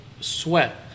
sweat